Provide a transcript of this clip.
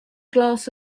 glass